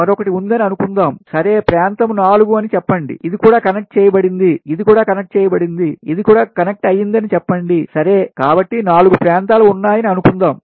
మరొకటి ఉందని అనుకుందాం సరే ప్రాంతము 4 అని చెప్పండి ఇది కూడా కనెక్ట్ చేయబడింది ఇది కూడా కనెక్ట్ చేయబడింది ఇది కూడా కనెక్ట్ అయిందని చెప్పండి సరేకాబట్టి 4 ప్రాంతాలు ఉన్నాయని అనుకుందాం